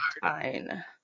fine